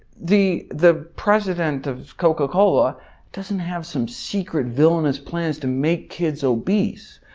the the president of coca cola doesn't have some secret villainous plans to make kids obese,